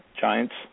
Giants